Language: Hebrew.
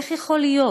איך יכול להיות?